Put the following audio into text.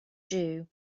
jew